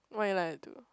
why you like to do